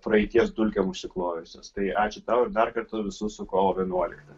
praeities dulkėm užsiklojusios tai ačiū tau dar kartą visus su kovo vienuolikta